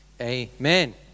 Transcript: Amen